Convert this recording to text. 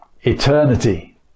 eternity